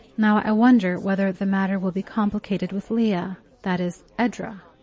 now i wonder whether the matter will be complicated with leah that is, edra?